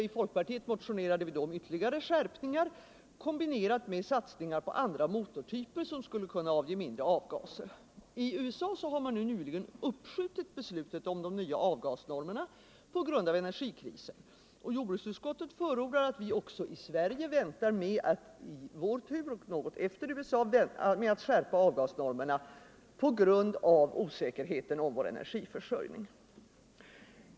I folkpartiet motionerade vi då om ytterligare skärpningar, kombinerat med satsningar på andra motortyper som skulle kunna avge mindre avgaser. I USA har man nyligen uppskjutit beslutet om de nya avgasnormerna på grund av energikrisen, och jordbruksutskottet förordar att vi också i Sverige väntar — och bör komma något efter USA — med att skärpa avgasnormerna på grund av osäkerheten om vår energiförsörjning.